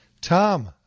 Tom